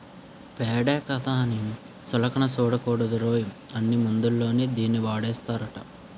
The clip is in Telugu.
పేడే కదా అని సులకన సూడకూడదురోయ్, అన్ని మందుల్లోని దీన్నీ వాడేస్తారట